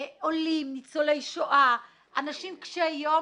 עולים, ניצולי שואה, עולים קשי יום